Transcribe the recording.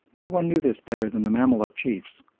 no one knew this better than the mamaluk chiefs.